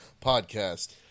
podcast